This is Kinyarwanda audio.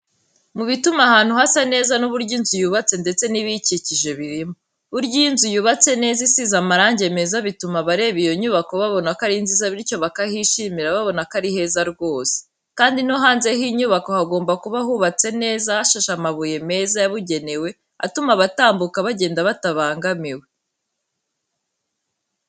Mu bituma ahantu hasa neza n'uburyo inzu yubatse ndetse n'ibiyikikije birimo, burya iyo inzu yubatse neza isize amarangi meza bituma abareba iyo nyubako babona ko ari nziza bityo bakahishimira babona ko ari heza rwose. Kandi no hanze h'inyubako hagomba kuba hubatse neza hashashe amabuye meza yabugenewe atuma abatambuka bagenda batabangamiwe.